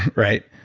right?